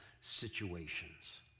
situations